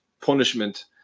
punishment